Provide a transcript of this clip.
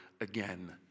again